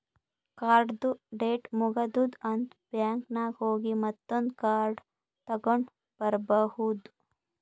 ಕಾರ್ಡ್ದು ಡೇಟ್ ಮುಗದೂದ್ ಅಂತ್ ಬ್ಯಾಂಕ್ ನಾಗ್ ಹೋಗಿ ಮತ್ತೊಂದ್ ಕಾರ್ಡ್ ತಗೊಂಡ್ ಬರ್ಬಹುದ್